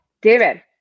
David